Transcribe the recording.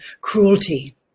cruelty